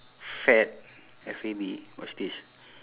fad F A D what's this